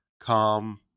calm